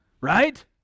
Right